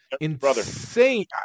insane